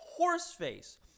Horseface